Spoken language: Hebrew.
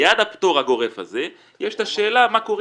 ליד הפטור הגורף הזה יש את השאלה מה קורה